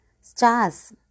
stars